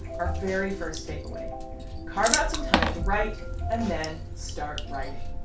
our very first takeaway carve out some time to write and then start writing.